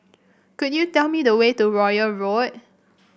could you tell me the way to Royal Road